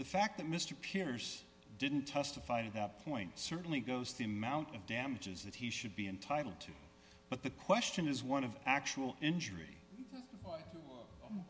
the fact that mr pierce didn't testify to that point certainly goes to the amount of damages that he should be entitled to but the question is one of actual injury